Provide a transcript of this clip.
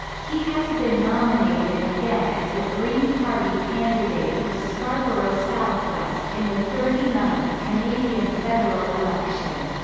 he has been nominated again as the green party candidate for scarborough southwest in the thirty ninth canadian federal election.